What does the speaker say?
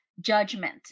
judgment